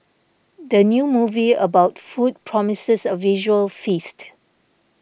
the new movie about food promises a visual feast